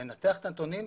לנתח את הנתונים.